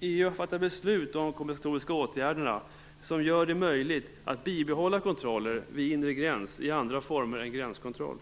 EU har fattat beslut om kompensatoriska åtgärder som gör det möjligt att bibehålla kontroller vid inre gräns i andra former än gränskontroll.